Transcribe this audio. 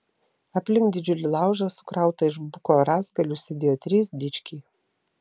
aplink didžiulį laužą sukrautą iš buko rąstgalių sėdėjo trys dičkiai